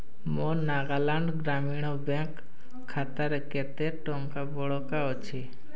ମୋ ନାଗାଲାଣ୍ଡ୍ ଗ୍ରାମୀଣ ବ୍ୟାଙ୍କ୍ ଖାତାରେ କେତେ ଟଙ୍କା ବଳକା ଅଛି